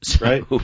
Right